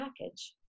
package